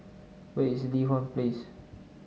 where is Li Hwan Place